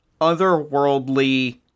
otherworldly